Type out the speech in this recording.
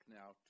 now